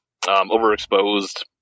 overexposed